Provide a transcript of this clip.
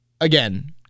Again